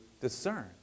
discern